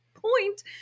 point